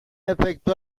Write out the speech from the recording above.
efecto